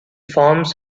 forms